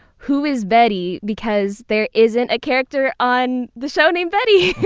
who is betty? because there isn't a character on the show named betty